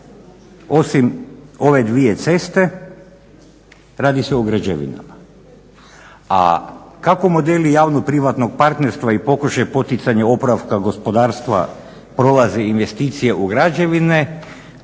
Osim ove dvije ceste radi se o građevinama. A kako modeli javno-privatnog partnerstva i pokušaj poticanja oporavka gospodarstva prolazi investicije u građevine